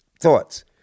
thoughts